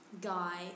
guy